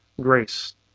grace